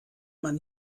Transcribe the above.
man